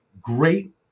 great